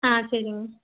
ஆ சரிங்க